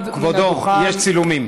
כבודו, יש צילומים.